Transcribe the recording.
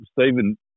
Stephen